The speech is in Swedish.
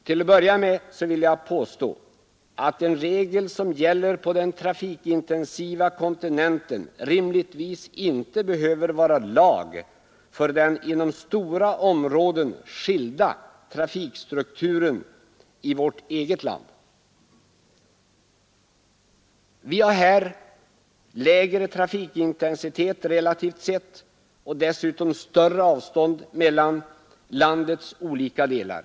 Till att börja med vill jag påstå att en regel som gäller på den trafikintensiva kontinenten givetvis inte behöver vara lag för den inom stora områden annorlunda trafikstrukturen i vårt eget land. Vi har lägre trafikintensitet relativt sett, och dessutom större avstånd mellan landets olika delar.